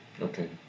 Okay